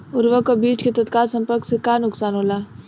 उर्वरक अ बीज के तत्काल संपर्क से का नुकसान होला?